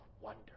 wonder